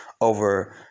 over